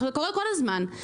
זה קורה כל הזמן,